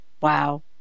Wow